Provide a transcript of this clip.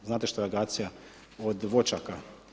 Znate šta je akacija od voćaka?